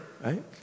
right